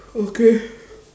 okay